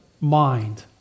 mind